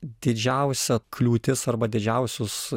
didžiausia kliūtis arba didžiausius